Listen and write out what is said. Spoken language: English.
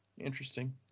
interesting